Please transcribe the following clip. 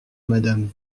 madame